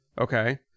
Okay